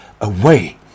away